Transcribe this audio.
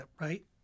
right